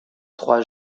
trois